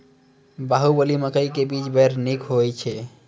बाहुबली मकई के बीज बैर निक होई छै